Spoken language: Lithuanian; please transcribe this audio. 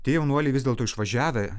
tie jaunuoliai vis dėlto išvažiavę